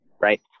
Right